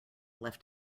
left